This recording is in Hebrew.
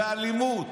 באלימות.